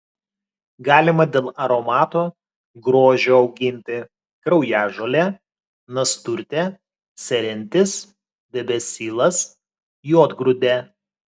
galima dėl aromato grožio auginti kraujažolė nasturtė serentis debesylas juodgrūdė